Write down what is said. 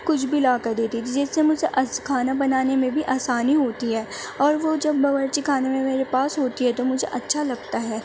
کچھ بھی لا کر دے دیتی جس سے مجھے از کھانا بنانے میں بھی آسانی ہوتی ہے اور وہ جب باورچی خانے میں میرے پاس ہوتی ہے تو مجھے اچھا لگتا ہے